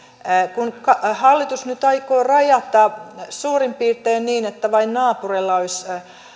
kun hallitus nyt aikoo rajata suurin piirtein niin että vain naapureilla olisi